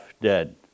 dead